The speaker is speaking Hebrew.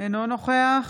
אינו נוכח